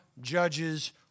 Judges